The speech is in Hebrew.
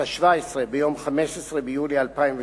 השבע-עשרה, ביום 15 ביולי 2008,